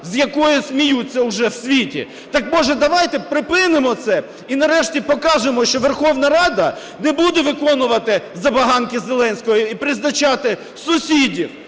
з якої сміються уже в світі. Так, може, давайте припинимо це і нарешті покажемо, що Верховна Рада не буде виконувати забаганки Зеленського і призначати сусідів